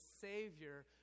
savior